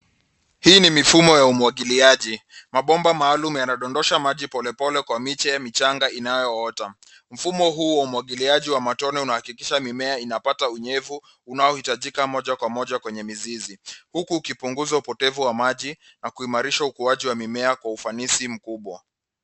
Hii ni mifumo ya umwagiliaji. Mabomba maalum yanadondosha maji polepole kwa miche michanga inayoota. Mfumo huu wa umwagiliaji wa matone unahakikisha mimea inapata unyevu unaohitajika moja kwa moja kwenye mizizi huku ukipunguza upotevu wa maji na kuimarishi ukuaji wa mimea kwa ufanisi mkubwa.